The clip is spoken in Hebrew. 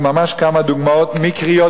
ממש כמה דוגמאות מקריות,